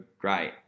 great